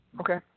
Okay